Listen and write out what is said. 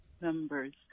members